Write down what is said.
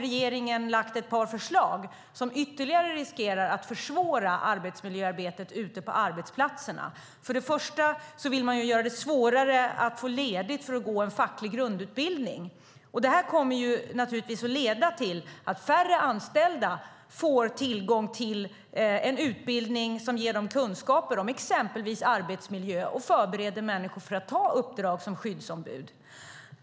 Regeringen har lagt fram ett par förslag som riskerar att försvåra arbetsmiljöarbetet ytterligare ute på arbetsplatserna. Först och främst vill man göra det svårare för människor att få ledigt för att gå en facklig grundutbildning. Det kommer naturligtvis att leda till att färre anställda får tillgång till en utbildning som ger dem kunskap om exempelvis arbetsmiljö och som förbereder dem för att ta uppdrag som skyddsombud.